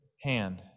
hand